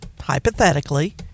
hypothetically